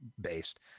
based